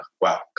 wow